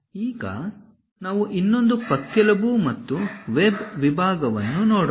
ಈಗ ನಾವು ಇನ್ನೊಂದು ಪಕ್ಕೆಲುಬು ಮತ್ತು ವೆಬ್ ವಿಭಾಗವನ್ನು ನೋಡೋಣ